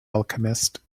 alchemist